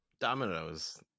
Dominoes